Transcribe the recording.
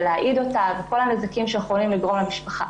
להעיד אותה וכל הנזקים שיכולים להיגרם למשפחה.